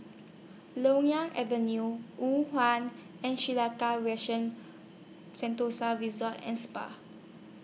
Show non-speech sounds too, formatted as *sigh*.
Loyang Avenue *unintelligible* and *unintelligible* Sentosa Resort and Spa